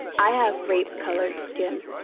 i have rape-colored skin.